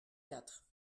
quatre